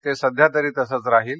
ते सध्यातरी तसंच राहील